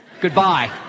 Goodbye